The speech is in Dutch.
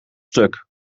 stuk